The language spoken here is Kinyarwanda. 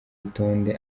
rutonde